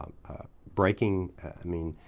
um ah breaking i mean,